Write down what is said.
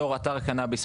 בתור אתר קנביס,